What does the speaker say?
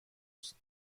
است